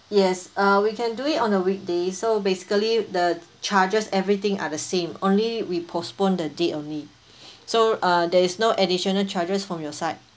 yes uh we can do it on a weekday so basically the charges everything are the same only we postpone the date only so uh there is no additional charges from your side